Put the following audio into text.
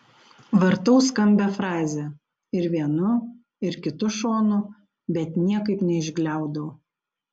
vartau skambią frazę ir vienu ir kitu šonu bet niekaip neišgliaudau